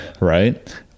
right